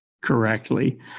correctly